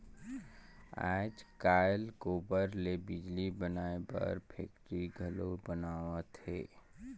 आयज कायल गोबर ले बिजली बनाए बर फेकटरी घलो बनावत हें